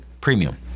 Premium